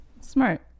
Smart